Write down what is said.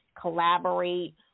Collaborate